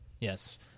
Yes